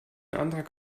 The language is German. antrag